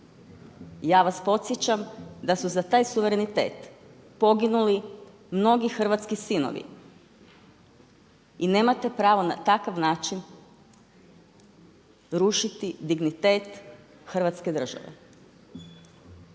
Ja vas podsjećam da su za taj suverenitet poginuli mnogi hrvatski sinovi i nemate pravo na takav način rušiti dignitet Hrvatske države.